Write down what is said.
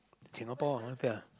Singapore not bad ah